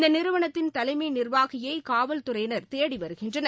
இந்த நிறுவனத்தின் தலைமை நிர்வாகியை காவல்துறையினர் தேடி வருகின்றனர்